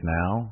now